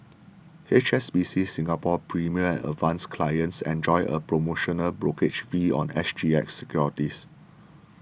H S B C Singapore's Premier and Advance clients enjoy a promotional brokerage fee on S G X securities